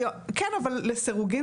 כן, אבל לסירוגין.